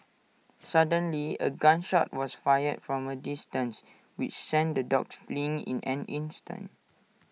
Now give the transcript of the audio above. suddenly A gun shot was fired from A distance which sent the dogs fleeing in an instant